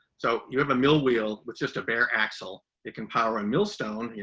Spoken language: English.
so, you have a mill wheel with just a barrel axel. it can power a millstone, you